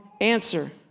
answer